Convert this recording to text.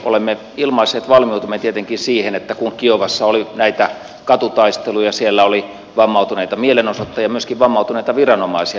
olemme ilmaisseet valmiutemme tietenkin siihen että kun kiovassa oli näitä katutaisteluja siellä oli vammautuneita mielenosoittajia myöskin vammautuneita viranomaisia